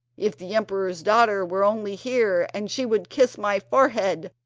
if the emperor's daughter were only here, and she would kiss my forehead,